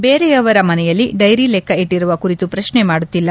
ಬೇರೆಯವರ ಮನೆಯಲ್ಲಿ ಡೈರಿ ಲೆಕ್ಕ ಇಟ್ಲರುವ ಕುರಿತು ಪ್ರಕ್ನೆ ಮಾಡುತ್ತಿಲ್ಲ